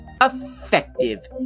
Effective